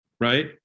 right